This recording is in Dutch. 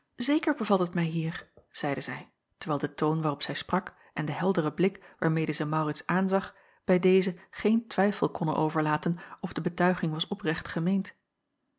zeker bevalt het mij hier zeide zij terwijl de toon waarop zij sprak en de heldere blik waarmede zij maurits aanzag bij dezen geen twijfel konnen overlaten of de betuiging was oprecht gemeend